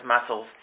muscles